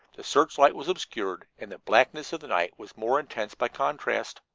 the searchlight was obscured, and the blackness of the night was more intense by contrast.